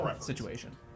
situation